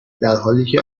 درحالیکه